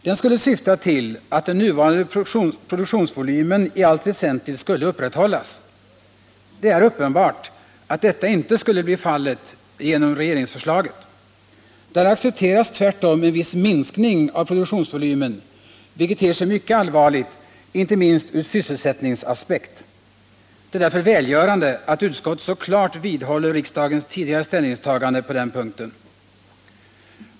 Denna skulle syfta till att den nuvarande produktionsvolymen i allt väsentligt skulle upprätthållas. Det är uppenbart att detta inte skulle bli fallet genom regeringsförslaget. Där accepteras tvärtom en viss minskning av produktionsvolymen, vilket ter sig mycket allvarligt inte minst ur sysselsättningsaspekt. Det är därför välgörande att utskottet så klart vidhåller riksdagens tidigare ställningstagande på den punkten.